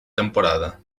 temporada